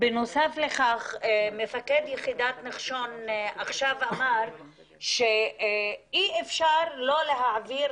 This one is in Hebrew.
בנוסף לכך מפקד יחידת נחשון עכשיו אמר שאי אפשר לא להעביר,